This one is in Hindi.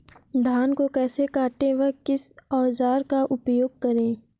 धान को कैसे काटे व किस औजार का उपयोग करें?